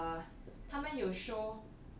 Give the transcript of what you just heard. err 他们有 show